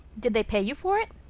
did they pay you for it?